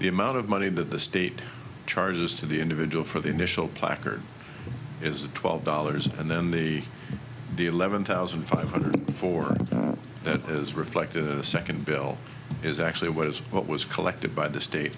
the amount of money that the state charges to the individual for the initial placard is twelve dollars and then the eleven thousand five hundred four is reflected the second bill is actually what is what was collected by the state